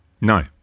No